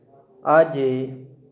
आजय